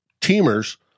teamers